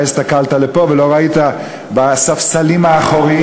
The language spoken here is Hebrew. הסתכלת לפה ולא ראית בספסלים האחוריים,